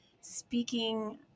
speaking